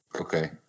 Okay